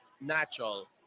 natural